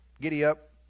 giddy-up